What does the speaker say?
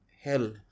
hell